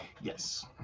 yes